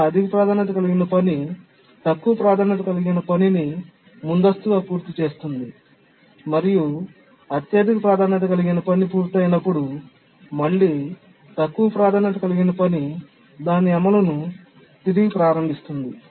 ఇక్కడ అధిక ప్రాధాన్యత కలిగిన పని తక్కువ ప్రాధాన్యత కలిగిన పనిని ముందస్తుగా పూర్తి చేస్తుంది మరియు అత్యధిక ప్రాధాన్యత కలిగిన పని పూర్తయినప్పుడు మళ్ళీ తక్కువ ప్రాధాన్యత కలిగిన పని దాని అమలును తిరిగి ప్రారంభిస్తుంది